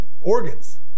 organs